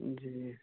جی